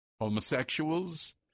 homosexuals